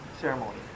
ceremony